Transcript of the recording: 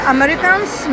Americans